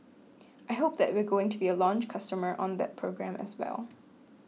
I hope that we're going to be a launch customer on that program as well